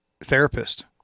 therapist